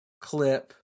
Clip